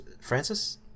Francis